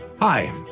Hi